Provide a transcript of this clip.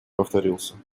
повторился